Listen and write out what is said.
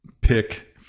pick